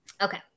Okay